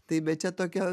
tai bet čia tokia